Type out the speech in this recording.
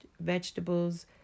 vegetables